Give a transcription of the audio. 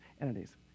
entities